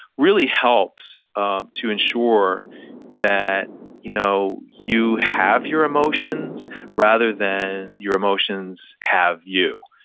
really helps um to ensure that you know you have your emotions rather than your emotions have you.